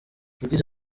yagize